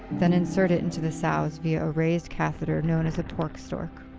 then insert it into the sows via a raised catheter known as a pork stork.